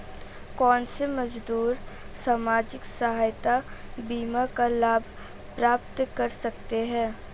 कौनसे मजदूर सामाजिक सहायता बीमा का लाभ प्राप्त कर सकते हैं?